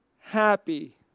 happy